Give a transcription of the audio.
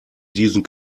diesen